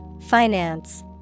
Finance